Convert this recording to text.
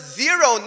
zero